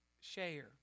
share